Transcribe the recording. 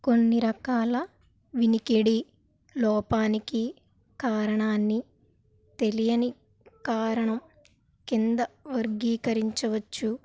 కొన్ని రకాల వినికిడి లోపానికి కారణాన్ని తెలియని కారణం క్రింద వర్గీకరించవచ్చు